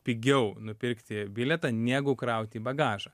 pigiau nupirkti bilietą negu kraut į bagažą